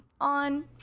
on